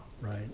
right